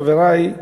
חברי,